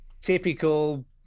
typical